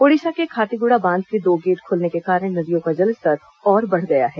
ओडिशा के खातीगुड़ा बांध के दो गेट खुलने के कारण नदियों का जलस्तर और बढ़ गया है